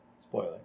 Spoiler